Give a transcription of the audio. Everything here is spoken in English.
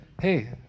Hey